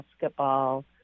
basketball